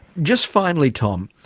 just finally tom,